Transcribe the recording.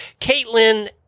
Caitlin